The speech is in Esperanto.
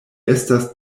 estas